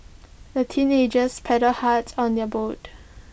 the teenagers paddled hard on their boat